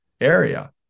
area